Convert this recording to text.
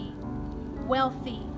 wealthy